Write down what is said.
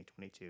2022